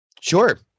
Sure